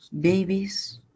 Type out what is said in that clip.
babies